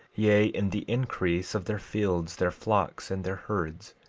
yea, in the increase of their fields, their flocks and their herds,